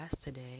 today